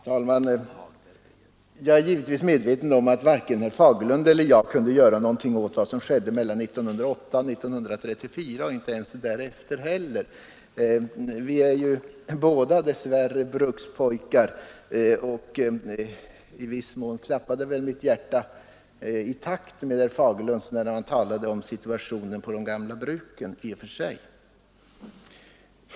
Herr talman! Jag är givetvis medveten om att varken herr Fagerlund eller jag kunde göra någonting åt vad som hände mellan 1908 och 1934 och inte under den närmaste tiden därefter heller. Vi är båda brukspojkar, och mitt hjärta klappade i takt med herr Fagerlunds när han talade om situationen på de gamla bruken.